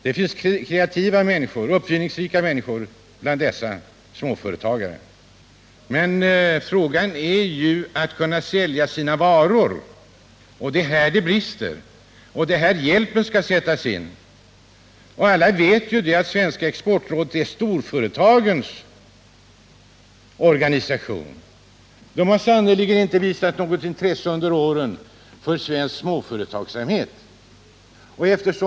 Det finns kreativa och uppfinningsrika människor bland dessa småföretagare. Men frågan är hur de skall kunna sälja sina varor. Det är här det brister, och det är här hjälpen skall sättas in. Alla vet att det svenska exportrådet är storföretagens organisation. Rådet har under årens lopp sannerligen inte visat något intresse för svensk företagsamhet.